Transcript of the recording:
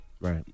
Right